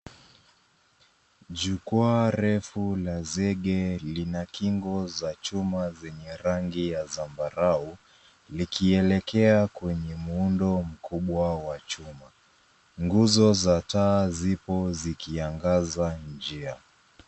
Jukwaa refu la zege lina kingo za chuma zenye rangi ya zambarau, likielekea kwenye muundo mkubwa wa chuma. Nguzo za taa zipo zikiangaza njia.